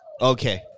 Okay